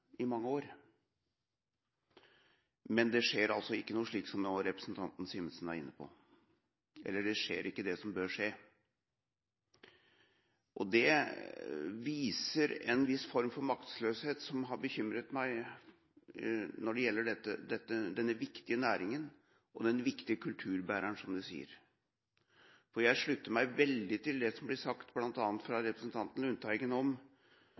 i mange år. Men det skjer altså ikke noe, slik representanten Simensen nå var inne på – eller, det skjer ikke, det som bør skje. Det viser en viss form for maktesløshet som har bekymret meg når det gjelder denne viktige næringen, og denne viktige kulturbæreren, som han sier. Jeg slutter meg veldig til det som blir sagt, bl.a. av representanten Lundteigen, om